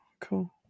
Cool